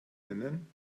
nennen